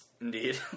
Indeed